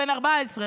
14,